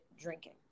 drinking